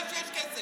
אתה יודע שיש כסף.